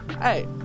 Hey